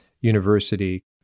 University